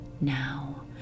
now